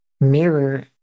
mirror